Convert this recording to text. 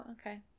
Okay